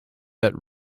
that